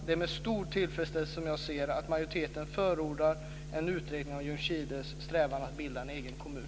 Det är med stor tillfredsställelse som jag ser att majoriteten förordar en utredning beträffande Ljungskiles strävan att bilda en egen kommun.